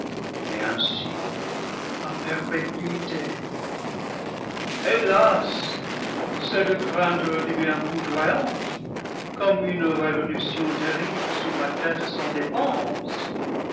et ainsi à perpétuité hélas cette crainte redevient foudroyante comme une révo lution terrible sur ma tête sans défense